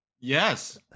Yes